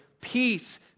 peace